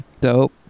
Dope